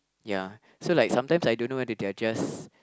ya so like sometimes I don't know whether they are just